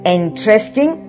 interesting